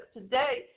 today